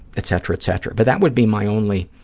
etc, etc. but that would be my only,